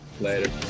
Later